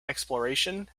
exploration